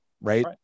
right